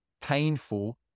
painful